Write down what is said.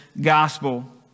gospel